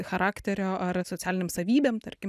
charakterio ar socialinėm savybėm tarkim